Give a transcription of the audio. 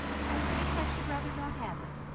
i think i should rather not have it.